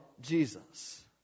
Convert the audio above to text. Jesus